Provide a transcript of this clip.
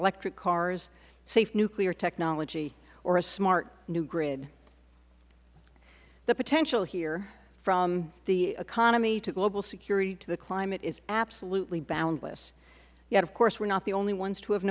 electric cars safe nuclear technology or a smart new grid the potential here from the economy to global security to the climate is absolutely boundless yet of course we are not the only ones to have